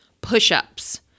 push-ups